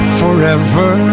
forever